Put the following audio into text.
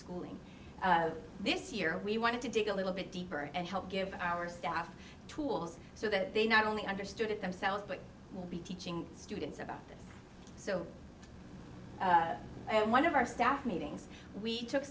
schooling this year we wanted to dig a little bit deeper and help give our staff tools so that they not only understood it themselves but will be teaching students about this so one of our staff meetings we took